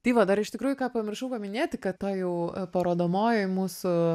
tai va dar iš tikrųjų ką pamiršau paminėti kad toj jau parodomojoj mūsų